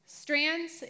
Strands